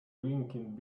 drinking